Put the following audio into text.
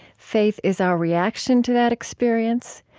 faith is our reaction to that experience.